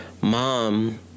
mom